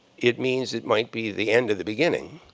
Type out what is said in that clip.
it means it might be the end of the beginning.